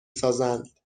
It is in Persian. سازند